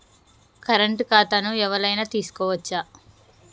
Current ఖాతాను ఎవలైనా తీసుకోవచ్చా?